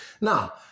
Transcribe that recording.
Now